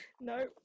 No